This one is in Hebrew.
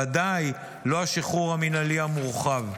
ודאי לא השחרור המינהלי המורחב.